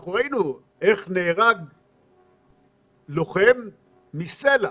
אנחנו ראינו איך נהרג לוחם מסלע.